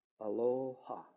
aloha